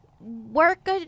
work